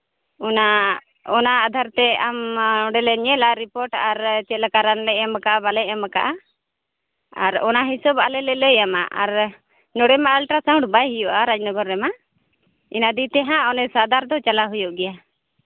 ᱚᱱᱟ ᱚᱱᱟ ᱟᱫᱷᱟᱨᱛᱮ ᱟᱢᱟᱜ ᱚᱸᱰᱮ ᱞᱮ ᱧᱮᱞᱟ ᱨᱤᱯᱳᱨᱴ ᱟᱨ ᱪᱮᱫ ᱞᱮᱠᱟ ᱨᱟᱱ ᱞᱮ ᱮᱢ ᱠᱟᱫ ᱵᱟᱝᱞᱮ ᱮᱢ ᱠᱟᱫᱼᱟ ᱟᱨ ᱚᱱᱟ ᱦᱤᱥᱟᱹᱵ ᱟᱞᱮᱞᱮ ᱞᱟᱹᱭᱟᱢᱟ ᱟᱨ ᱱᱚᱸᱰᱮ ᱢᱟ ᱟᱞᱴᱨᱟᱥᱟᱣᱩᱱᱰ ᱵᱟᱭ ᱦᱩᱭᱩᱜᱼᱟ ᱨᱟᱡᱽᱱᱚᱜᱚᱨ ᱨᱮᱢᱟ ᱤᱱᱟᱹ ᱫᱤᱱ ᱛᱮᱦᱟᱸᱜ ᱚᱱᱮ ᱥᱟᱣᱫᱟᱨ ᱫᱚ ᱪᱟᱞᱟᱜ ᱦᱩᱭᱩᱜ ᱜᱮᱭᱟ